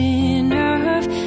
enough